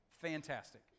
Fantastic